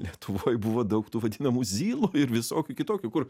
lietuvoj buvo daug tų vadinamų zylų ir visokių kitokių kur